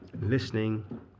listening